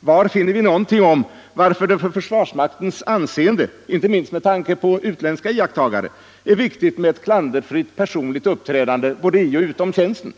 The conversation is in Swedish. Var finner vi något om varför det för försvarets anseende, inte minst med tanke på utländska iakttagare, är viktigt med ett klanderfritt personligt uppträdande både i och utom tjänsten?